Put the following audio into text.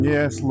Yes